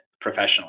professionally